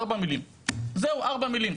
ארבע מילים, זהו, ארבע מילים.